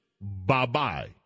Bye-bye